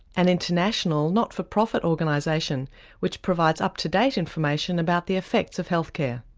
an international, not for profit organisation which provides up to date information about the effects of health care.